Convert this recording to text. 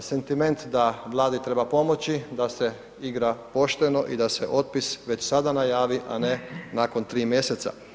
sentiment da Vladi treba pomoći da se igra pošteno i da se otpis već sada najavi, a ne nakon 3 mjeseca.